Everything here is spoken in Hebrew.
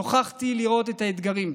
נוכחתי לראות את האתגרים.